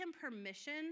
permission